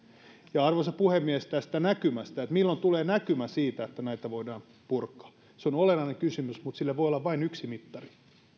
arvoisa puhemies tästä näkymästä että milloin tulee näkymä siitä että näitä voidaan purkaa se on olennainen kysymys mutta sille voi olla vain yksi mittari